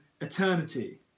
eternity